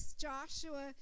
Joshua